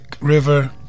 River